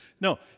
No